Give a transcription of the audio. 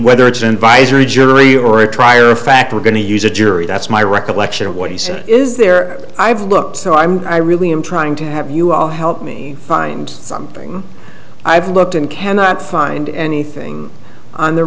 whether it's an vice or jury or a trier of fact we're going to use a jury that's my recollection of what he said is there i've looked so i'm i really i'm trying to have you all help me find something i've looked and cannot find anything on the